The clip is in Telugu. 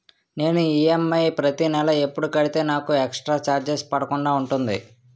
నేను ఈ.ఎమ్.ఐ ప్రతి నెల ఎపుడు కడితే నాకు ఎక్స్ స్త్ర చార్జెస్ పడకుండా ఉంటుంది?